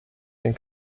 den